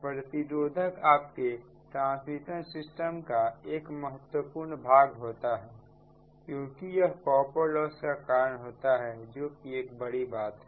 प्रतिरोधक आपके transmission system का एक महत्वपूर्ण भाग होता है क्योंकि यह कॉपर लॉस का कारण होता है जो कि एक बड़ी बात है